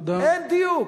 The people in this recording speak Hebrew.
אין דיוק.